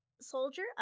Soldier